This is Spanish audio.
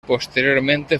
posteriormente